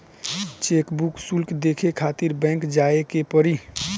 chequebook शुल्क देखे खातिर बैंक जाए के पड़ी